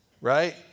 right